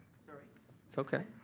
sorry. it's okay.